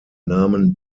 nahmen